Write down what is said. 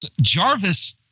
Jarvis